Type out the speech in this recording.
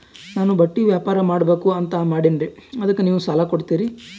ನಾನು ಬಟ್ಟಿ ವ್ಯಾಪಾರ್ ಮಾಡಬಕು ಅಂತ ಮಾಡಿನ್ರಿ ಅದಕ್ಕ ನೀವು ಸಾಲ ಕೊಡ್ತೀರಿ?